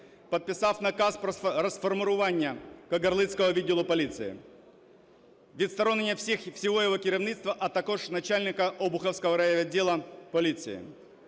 підписав наказ про розформування Кагарлицького відділу поліції, відсторонення всього його керівництва, а також начальника Обухівського райвідділу поліції.